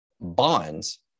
bonds